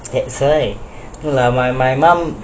that why no my mum